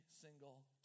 single